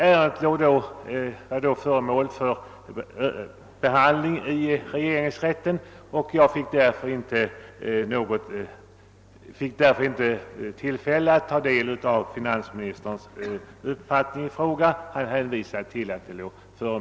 Ärendet var då föremål för behandling i regeringsrätten, och jag fick därför inte tillfälle att ta del av finansministerns uppfattning i frågan.